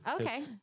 Okay